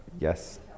Yes